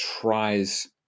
tries